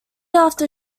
after